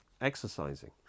exercising